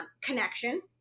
connection